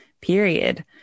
period